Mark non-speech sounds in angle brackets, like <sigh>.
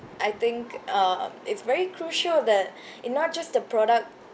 I think uh it's very crucial that <breath> in not just the product